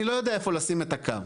אני לא יודע איפה לשים את הקו.